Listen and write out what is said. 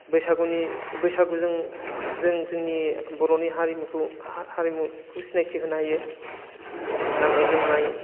बैसागुजों जों जोंनि बर'नि हारिमुखौ सिनायथि होनो हायो गाननाय जोमनाय